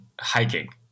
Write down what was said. hiking